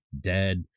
dead